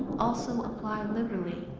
also, apply liberally.